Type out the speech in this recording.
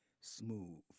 Smooth